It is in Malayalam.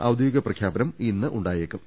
ഔദ്യോഗിക പ്രഖ്യാ പനം ഇന്ന് ഉണ്ടായേക്കും